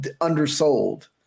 undersold